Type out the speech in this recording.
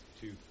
two